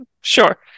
Sure